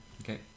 Okay